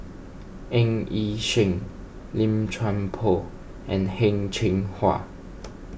Ng Yi Sheng Lim Chuan Poh and Heng Cheng Hwa